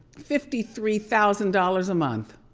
fifty three thousand dollars a month.